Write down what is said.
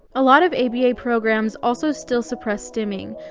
a lot of aba programs also still suppress stimming,